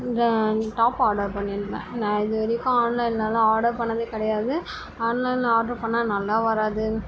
இந்த top order பண்ணிருந்தேன் நான் இதுவரைக்கும் ஆன்லைன்லலாம் ஆர்டர் பண்ணதே கிடையாது ஆன்லைனில் ஆர்டர் பண்ணா நல்லா வராது